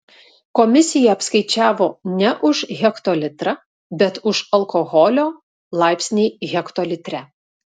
komisija apskaičiavo ne už hektolitrą bet už alkoholio laipsnį hektolitre